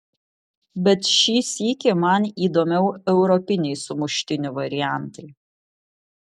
bet šį sykį man įdomiau europiniai sumuštinių variantai